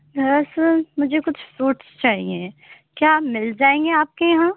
ہاں سر مجھے کچھ فروٹس چاہئیں کیا مل جائیں گے آپ کے یہاں